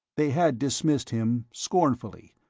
they had dismissed him, scornfully,